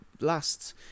last